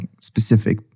specific